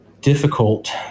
difficult